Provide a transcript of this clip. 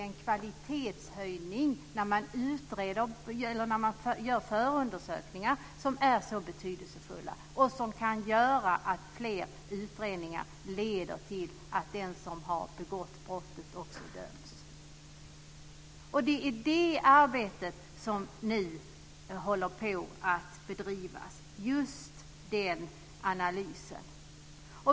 En kvalitetshöjning när man gör förundersökningar är betydelsefull och kan göra att fler utredningar leder till att den som har begått brott också döms. Det är det arbetet som nu håller på att bedrivas. Det handlar just om den analysen.